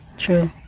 True